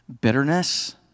bitterness